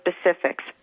specifics